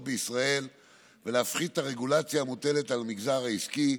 בישראל ולהפחית את הרגולציה המוטלת על המגזר העסקי,